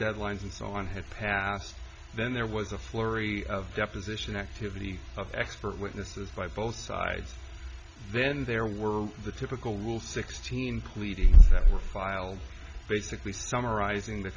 deadlines and so on had passed then there was a flurry of deposition activity expert witnesses by both sides then there were the typical rule sixteen pleading that were filed basically summarizing the